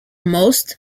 most